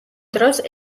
დროს